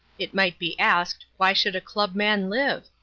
it might be asked, why should a club man live?